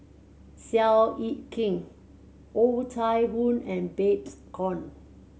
Seow Yit Kin Oh Chai Hoo and Babes Conde